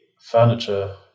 furniture